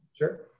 Sure